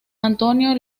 antonio